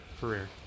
Career